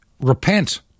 repent